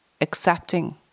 accepting